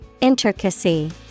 Intricacy